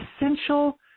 essential